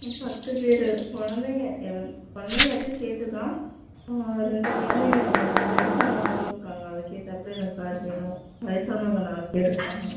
ம் பத்து பேர் குழந்தைங்க எதம் குழந்தைங்க எல்லாத்தியும் சேர்த்து தான் ரெண்டு குழந்தைங்க இருப்பாங்க வயசானவங்களும் இருக்காங்க அதுக்கேத்தாப்ல எனக்கு கார் வேணும் வயசானவங்க நாலு பேர் இருக்காங்க